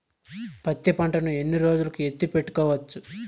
పత్తి పంటను ఎన్ని రోజులు ఎత్తి పెట్టుకోవచ్చు?